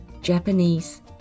Japanese